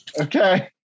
Okay